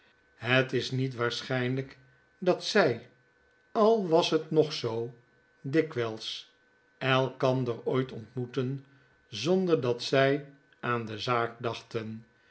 het is niet waarschynlyk dat zij al was het nog zoo dikwyls elkander ooit ontmoetten zonder dat zij aan de zaak dachten